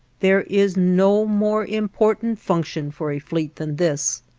there is no more important function for a fleet than this.